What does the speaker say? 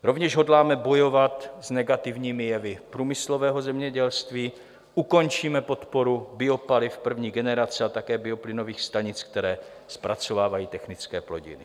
Rovněž hodláme bojovat s negativními jevy průmyslového zemědělství, ukončíme podporu biopaliv první generace a také bioplynových stanic, které zpracovávají technické plodiny.